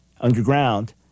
underground